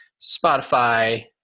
Spotify